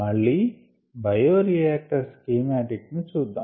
మళ్ళీ bioreactor schematic ను చూద్దాం